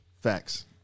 facts